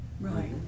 Right